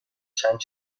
چند